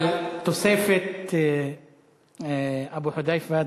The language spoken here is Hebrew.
תוספת עוד דקה.